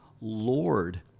Lord